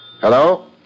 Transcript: Hello